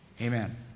Amen